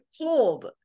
cold